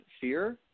fear